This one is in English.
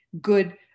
good